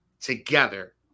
together